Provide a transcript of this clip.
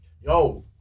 Yo